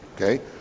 okay